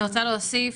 אני רוצה להוסיף.